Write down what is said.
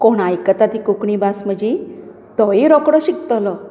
कोण आयकता ती कोंकणी भास म्हजी तोंयी रोखडो शिकतलो